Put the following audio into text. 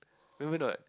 remember not